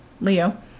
Leo